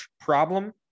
problem